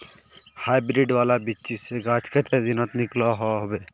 Hybrid वाला बिच्ची से गाछ कते दिनोत निकलो होबे?